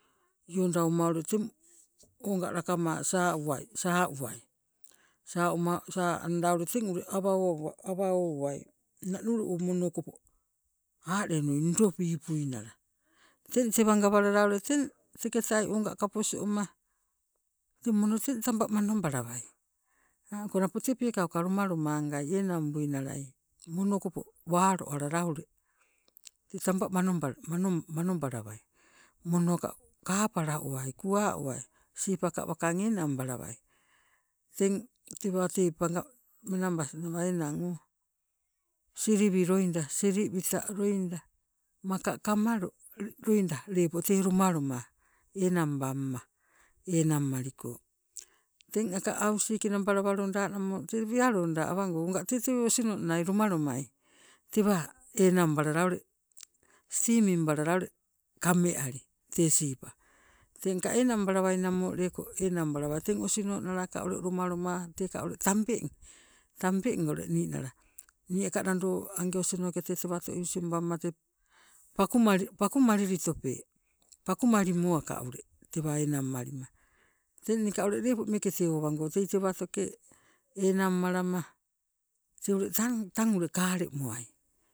Iondauma ule teng oga lakama saa uwai saa uma, saa anda ule teng awa owambai ninane o mono okopo alenui ndo wipui nala. Teng tewa gawalala teng teketai onga kaposioma tee mono tee tamba manobalawai ango tee peekala lomalomangai enang buinalai mono okopo walo alala ule tee tamba manobalawai, monoka kapala owai kua owai siipaka wakang enang balawai teng tewa menabas nawa enang o siliwita loida maka kamalo loida lepo tee lomaloma enangbamma enang maliko. Teng aka hausik nabalawa loda namo tee wealoda awango onga tee osinonnai lomalomai tewa enang balala ule steaming balala ule kameali tee siipa. Tengka enang balawai namo leko enang balawai teng osinon nalaka loma lomaka ule tambeng ule ninala niaka nando ange osinoke tee tewato usingb bamma pakumalili tope, pakumalimo aka ule tewa enang malima. Tengka ule lepo meeke owango tei tewatoke enangmalama tee ule tang, tang kale moai.